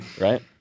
Right